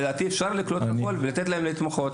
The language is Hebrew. לדעתי, אפשר לקלוט ולתת להם להתמחות.